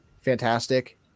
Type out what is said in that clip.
fantastic